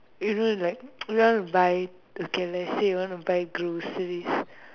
you know like you want to buy okay let's say you want to buy groceries